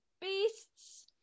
Beasts